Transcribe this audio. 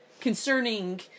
Concerning